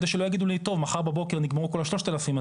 על מנת שלא יגידו לי טוב מחר בבוקר נגמרו כל השלושת אלפים,